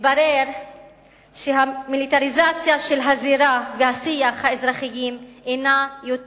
מתברר שהמיליטריזציה של הזירה והשיח האזרחי אינה יותר